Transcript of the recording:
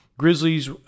Grizzlies